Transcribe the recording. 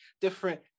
different